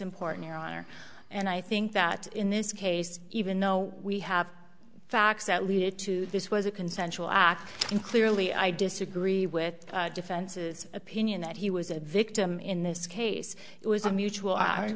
important your honor and i think that in this case even though we have facts that lead it to this was a consensual act and clearly i disagree with defenses opinion that he was a victim in this case it was a mutual